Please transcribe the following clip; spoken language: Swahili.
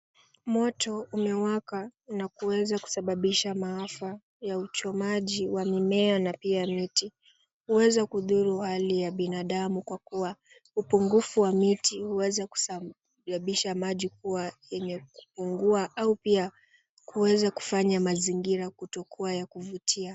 Moto umewaka na kuweza kusababisha maafa ya uchomaji wa mimea na pia miti. Huweza kudhuru hali ya binadamu kwa kuwa upungufu wa miti huweza kusababisha maji kuwa yenye kupungua au pia kufanya mazingira kutokuwa ya kuvutia.